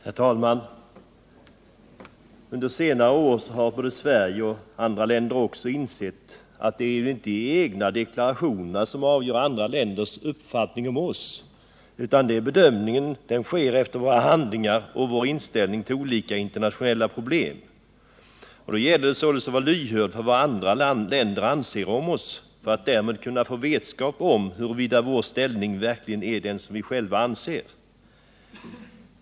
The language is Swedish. Herr talman! Under senare år har både Sverige och andra länder insett att det inte är de egna deklarationerna som avgör andra länders uppfattning om oss, utan den bedömningen sker efter våra handlingar och vår inställning till olika internationella problem. Det gäller således att vara lyhörd för vad andra länder anser om oss — för att vi skall kunna få vetskap om huruvida vår ställning verkligen är den vi själva anser.